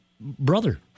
brother